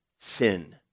sin